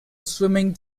swimming